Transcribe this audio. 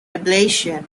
ablation